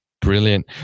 brilliant